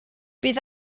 bydd